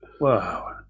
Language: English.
wow